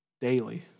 daily